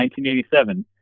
1987